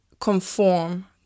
conform